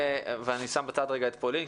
ואני שם בצד את פולין,